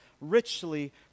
richly